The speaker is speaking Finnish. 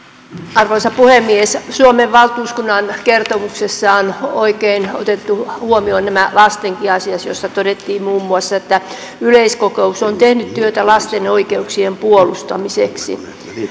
arvoisa puhemies suomen valtuuskunnan kertomuksessa on oikein otettu huomioon lastenkin asiat joista todettiin muun muassa että yleiskokous on tehnyt työtä lasten oikeuksien puolustamiseksi